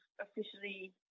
officially